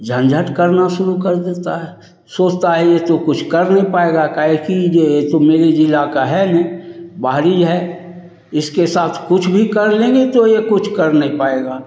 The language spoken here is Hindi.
झंझट करना शुरू कर देता है सोचता है यह तो कुछ कर नहीं पाएगा काहेकी जे ए तो मेरे ज़िले का है नहीं बाहरी है इसके साथ कुछ भी कर लेंगे तो यह कुछ कर नहीं पाएगा